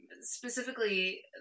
specifically